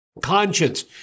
conscience